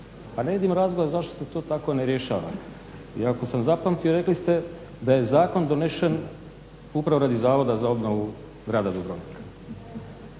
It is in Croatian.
Pa ne vidim razloga zašto se to tako ne rješava i ako sam zapamtio rekli ste da je zakon donesen upravo radi Zavoda za obnovu grada Dubrovnika.